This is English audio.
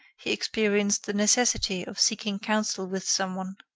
he experienced the necessity of seeking counsel with some one.